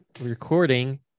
Recording